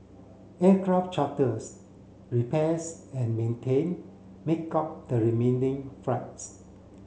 aircraft charters repairs and maintain make up the remaining flights